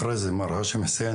אחרי זה מר האשם חוסין,